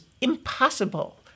impossible